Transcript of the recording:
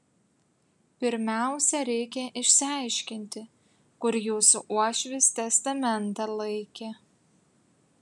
pirmiausia reikia išsiaiškinti kur jūsų uošvis testamentą laikė